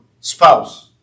spouse